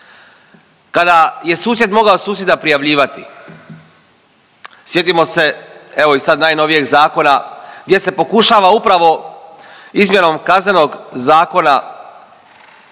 kada je susjed mogao susjeda prijavljivati. Sjetimo se evo i sad najnovijeg zakona gdje se pokušava upravo izmjenom Kaznenog zakona